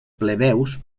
plebeus